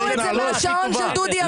שיממנו את זה מהשעון של דודי אמסלם.